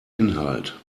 inhalt